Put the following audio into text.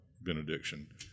benediction